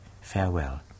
Farewell